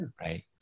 right